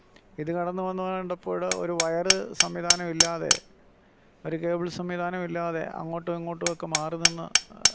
ഇത് കടന്നു വന്നത് കണ്ടപ്പോൾ ഒരു വയറ് സംവിധാനം ഇല്ലാതെ ഒരു കേബിൾ സംവിധാനം ഇല്ലാതെ അങ്ങോട്ടു മിങ്ങോട്ടും ഒക്കെ മാറിനിന്ന്